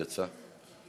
יצאה?